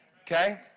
okay